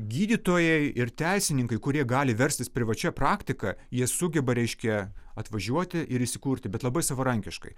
gydytojai ir teisininkai kurie gali verstis privačia praktika jie sugeba reiškia atvažiuoti ir įsikurti bet labai savarankiškai